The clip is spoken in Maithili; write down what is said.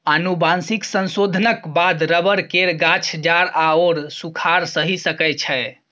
आनुवंशिक संशोधनक बाद रबर केर गाछ जाड़ आओर सूखाड़ सहि सकै छै